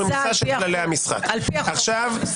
תהיה פה רמיסה על פי החוק...